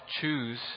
choose